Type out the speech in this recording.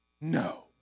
No